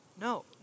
No